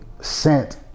sent